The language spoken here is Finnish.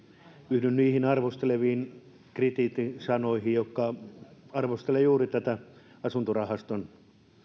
yhdyn niihin arvosteleviin kritiikin sanoihin jotka arvostelevat juuri tätä asuntorahaston